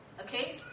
okay